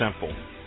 simple